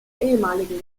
ehemaligen